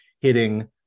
hitting